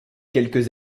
quelques